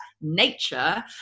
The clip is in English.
nature